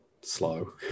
slow